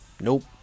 Nope